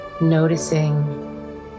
noticing